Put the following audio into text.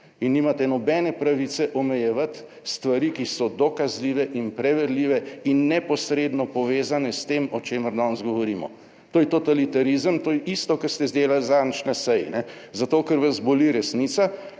In nimate nobene pravice omejevati stvari, ki so dokazljive in preverljive in neposredno povezane s tem o čemer danes govorimo. To je totalitarizem. To je isto kar ste delali zadnjič na seji, zato, ker vas boli resnica,